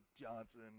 Johnson